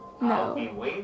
No